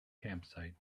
campsite